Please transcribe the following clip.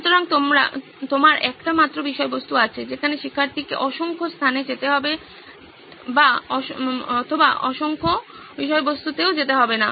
সুতরাং তোমার একটি মাত্র বিষয়বস্তু আছে যেখানে শিক্ষার্থীকে অসংখ্য স্থানে যেতে হবে না অথবা অসংখ্য বিষয়বস্তুতে যেতে হবে না